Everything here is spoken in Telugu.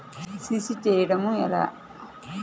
సి.సి చేయడము ఎలా?